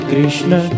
Krishna